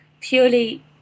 purely